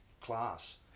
class